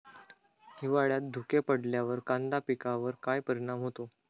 हिवाळ्यात धुके पडल्यावर कांदा पिकावर काय परिणाम होतो?